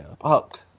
Fuck